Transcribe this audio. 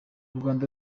rwanda